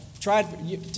tried